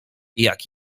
jak